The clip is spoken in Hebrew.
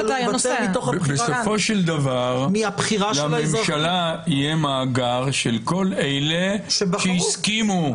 בסופו של דבר לממשלה יהיה מאגר של כל אלה שהסכימו,